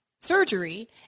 surgery